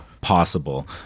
possible